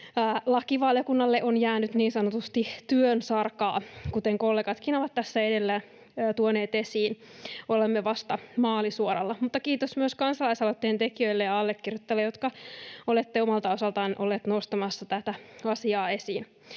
lakivaliokunnalle on jäänyt niin sanotusti työsarkaa, kuten kollegatkin ovat tässä edellä tuoneet esiin. Olemme vasta maalisuoralla. Mutta kiitos myös kansalaisaloitteen tekijöille ja allekirjoittajille, jotka olette omalta osaltanne olleet nostamassa tätä asiaa esiin.